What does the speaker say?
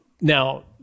Now